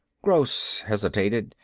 gross hesitated.